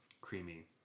creamy